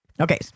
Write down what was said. okay